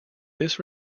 this